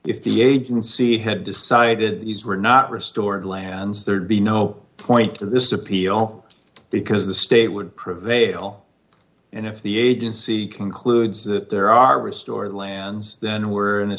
if the agency had decided these were not restored lands there'd be no point to this appeal because the state would prevail and if the agency concludes that there are restored lands then were in a